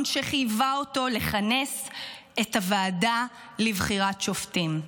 שחייבה אותו לכנס את הוועדה לבחירת שופטים.